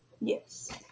yes